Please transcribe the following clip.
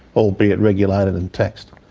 albeit regulated and taxed,